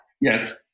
Yes